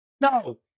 No